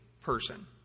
person